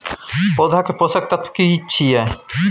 पौधा के पोषक तत्व की छिये?